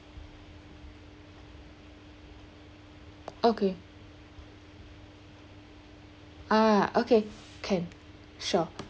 okay ah okay can sure